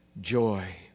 joy